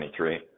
2023